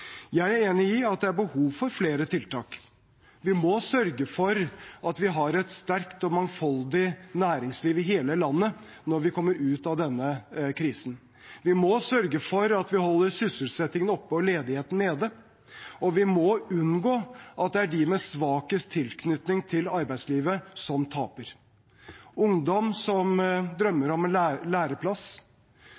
Jeg er enig i at det er behov for flere tiltak. Vi må sørge for at vi har et sterkt og mangfoldig næringsliv i hele landet når vi kommer ut av denne krisen. Vi må sørge for at vi holder sysselsettingen oppe og ledigheten nede. Og vi må unngå at det er de med svakest tilknytning til arbeidslivet som taper: ungdom som